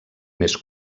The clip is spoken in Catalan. més